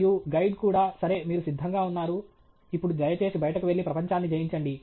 మరియు గైడ్ కూడా సరే మీరు సిద్ధంగా ఉన్నారు ఇప్పుడు దయచేసి బయటకు వెళ్లి ప్రపంచాన్ని జయించండి